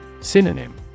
Synonym